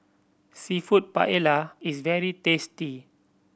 Seafood Paella is very tasty